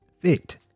Fit